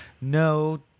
no